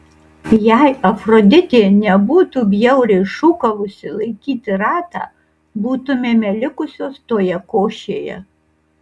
jei afroditė nebūtų bjauriai šūkavusi laikyti ratą būtumėme likusios toje košėje